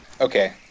Okay